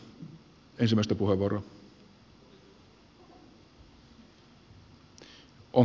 meillä on